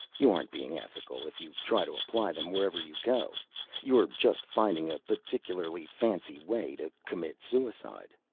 you aren't being ethical if you try to apply them wherever you go you're just finding a particularly fancy way to commit suicide!